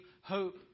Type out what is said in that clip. hope